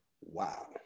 Wow